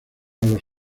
los